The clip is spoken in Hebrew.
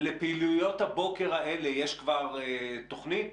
לפעילויות הבוקר האלה יש כבר תוכנית?